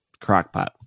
crockpot